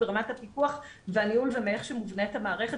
ברמת הפיקוח והניהול ומאיך שמובנית המערכת